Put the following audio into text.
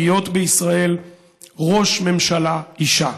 להיות בישראל ראש ממשלה אישה,